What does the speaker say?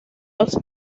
los